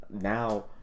now